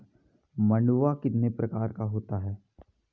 मंडुआ कितने प्रकार का होता है?